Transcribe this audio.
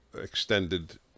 extended